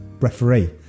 referee